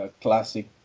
classic